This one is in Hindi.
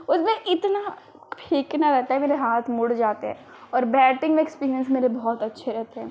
उसमें इतना फेंकना रहता है मेरे हाथ मुड़ जाते हैं और बैटिन्ग में एक्सपीरिएन्स मेरे बहुत अच्छे रहते हैं